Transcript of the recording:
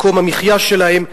מקום המחיה שלהם,